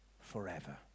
forever